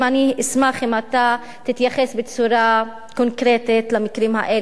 אני אשמח אם אתה תתייחס בצורה קונקרטית למקרים האלה,